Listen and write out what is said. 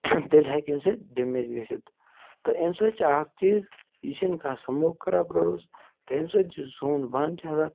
تیٚلہِ ہیٚکہِ اَمہِ سۭتۍ ڈیمیج گٔژھِتھ تہٕ اَمہِ سۭتۍ چھِ اکھ چیٖز یہِ چھُ نہٕ کانٛہہ سُموک کَران پرٛوڈوٗس تہٕ اَمہِ سۭتۍ چھُ سون بانہٕ چھُ آسان